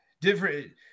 different